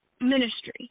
ministry